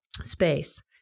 space